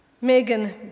Megan